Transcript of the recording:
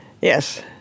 Yes